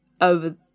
over